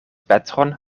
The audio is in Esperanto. petron